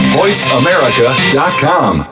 voiceamerica.com